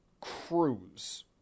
cruise